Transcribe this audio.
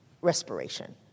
respiration